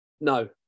No